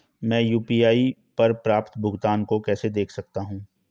मैं यू.पी.आई पर प्राप्त भुगतान को कैसे देख सकता हूं?